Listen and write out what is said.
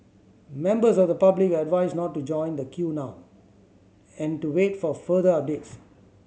members of the public are advised not to join the queue now and to wait for further updates